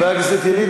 חבר הכנסת ילין,